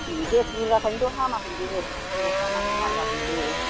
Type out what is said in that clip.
gas बुरजाखायनोथ' हामाखै बे औ हामा हामा जादों बे